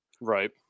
right